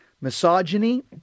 misogyny